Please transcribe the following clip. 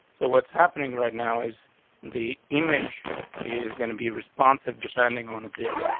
so what's happening right now is the image is going to be responsive, depending on a div.